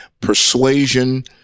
persuasion